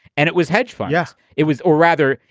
and it was hedgefund. yes, it was. or rather,